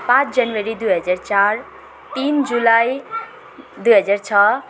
पाँच जनवरी दुई हजार चार तिन जुलाई दुई हजार छ